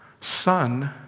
son